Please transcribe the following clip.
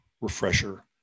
refresher